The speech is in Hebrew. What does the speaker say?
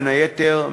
בין היתר,